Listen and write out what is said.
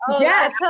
Yes